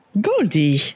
Goldie